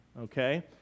okay